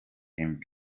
fame